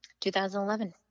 2011